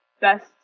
best